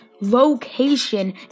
location